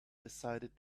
decided